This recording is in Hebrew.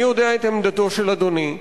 אני יודע את עמדתו של אדוני,